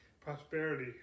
prosperity